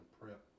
prep